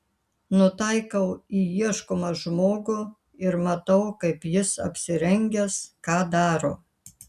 nutaikau į ieškomą žmogų ir matau kaip jis apsirengęs ką daro